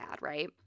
right